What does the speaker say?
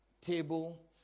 table